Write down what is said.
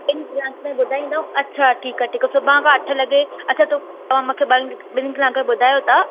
ॿिनि कलाक में ॿुधाईंदव अच्छा ठीकु आहे ठीकु आहे सुभाणे खां अठें लॻे अच्छा थो मूंखे ॿ ॿिनि कलाकनि में ॿुधायो था